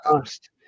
asked